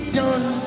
done